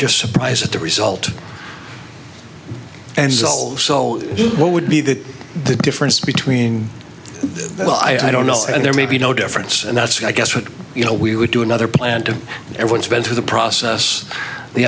just surprised at the result and solved so what would be the the difference between well i don't know and there may be no difference and that's i guess what you know we would do another plan to everyone's been through the process the